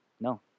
No